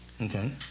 Okay